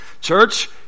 Church